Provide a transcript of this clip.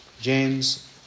James